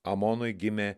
amonui gimė